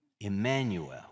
Emmanuel